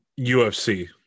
ufc